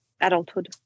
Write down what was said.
adulthood